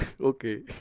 okay